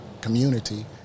community